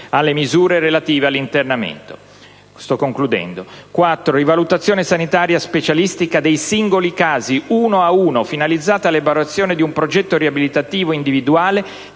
alle misure alternative all'internamento; una rivalutazione sanitaria specialistica dei singoli casi, uno ad uno, finalizzata all'elaborazione di un progetto riabilitativo individuale